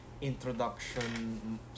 introduction